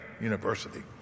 University